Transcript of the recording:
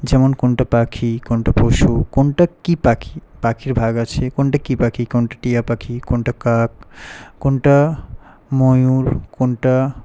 যেমন কোনটা পাখি কোনটা পশু কোনটা কী পাখি পাখির ভাগ আছে কোনটা কী পাখি কোনটা টিয়া পাখি কোনটা কাক কোনটা ময়ূর কোনটা